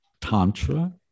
tantra